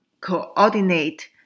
coordinate